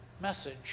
message